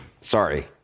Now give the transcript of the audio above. Sorry